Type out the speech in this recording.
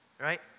Right